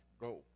go